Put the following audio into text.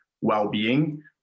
well-being